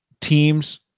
teams